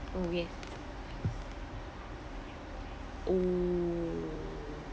oh yes oh